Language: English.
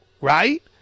right